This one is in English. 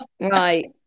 Right